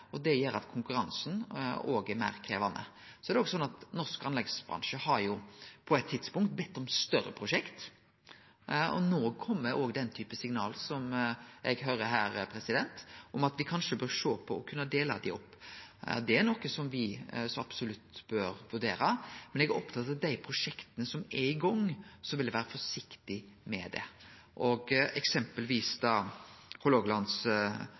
Det gjer at konkurransen òg er meir krevjande. Det er òg sånn at norsk anleggsbransje på eit tidspunkt har bedt om større prosjekt, og no kjem òg den typen signal som eg høyrer her, at me kanskje bør sjå på å kunne dele dei opp. Det er noko som me så absolutt bør vurdere. Eg er opptatt av at i dei prosjekta som er i gang, vil eg vere forsiktig med det. Eksempelvis